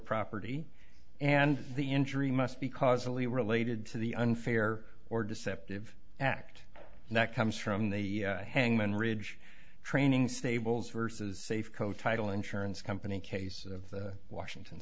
property and the injury must be causally related to the unfair or deceptive act that comes from the hangman ridge training stables versus safeco title insurance company case of washington